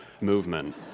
movement